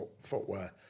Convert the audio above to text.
footwear